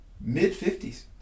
mid-50s